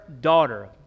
daughter